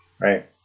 Right